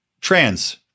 trans